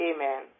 Amen